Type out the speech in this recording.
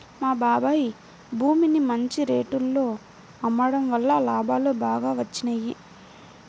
మా బాబాయ్ భూమిని మంచి రేటులో అమ్మడం వల్ల లాభాలు బాగా వచ్చినియ్యి